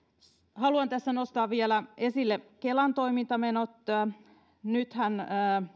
haluan tässä nostaa esille vielä kelan toimintamenot nythän